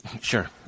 Sure